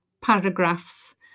paragraphs